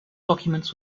documents